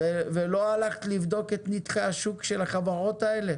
ולא הלכת לבדוק את נתחי השוק של החברות האלה?